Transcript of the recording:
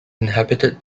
inhabited